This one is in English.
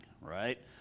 right